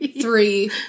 three